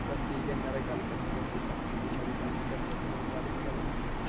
बस ठीक ऐ इन्नी हारी गल्ल करनी होर कोई गल्ल निं कोई मती गल्ल निं करनी चांह्दा माड़ी जेही गल्ल करनी ही